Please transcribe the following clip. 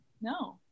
No